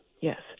Yes